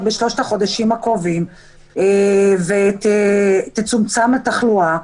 בשלושת החודשים הקרובים ותצומצם התחלואה,